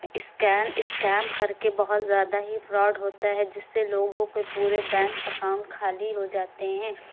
scan scheme کر کے بہت زیادہ ہی فراڈ ہوتا ہے جس سے لوگوں کو پورے بینک اکاؤنٹ خالی ہو جاتے ہیں